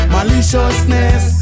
Maliciousness